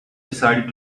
decided